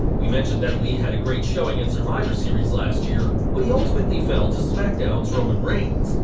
we mentioned that lee had a great showing at survivor series last year, but he ultimately fell to smackdown's roman reigns,